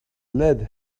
lead